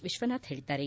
ವಿಶ್ವನಾಥ್ ಹೇಳಿದ್ದಾರೆ